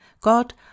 God